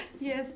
Yes